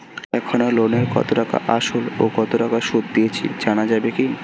এখনো লোনের কত টাকা আসল ও কত টাকা সুদ দিয়েছি জানা যাবে কি?